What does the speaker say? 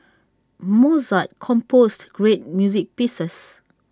Mozart composed great music pieces